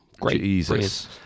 great